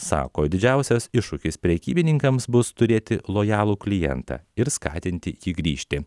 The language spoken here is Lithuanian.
sako didžiausias iššūkis prekybininkams bus turėti lojalų klientą ir skatinti jį grįžti